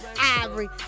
Ivory